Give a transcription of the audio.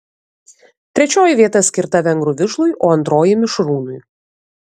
trečioji vieta skirta vengrų vižlui o antroji mišrūnui